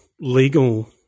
legal